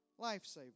Lifesaver